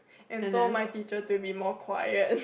and told my teacher to be more quiet